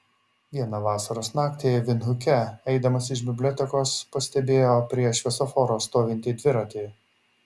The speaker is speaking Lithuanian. vieną vasaros naktį vindhuke eidamas iš bibliotekos pastebėjo prie šviesoforo stovintį dviratį